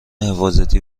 حفاظتی